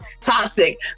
toxic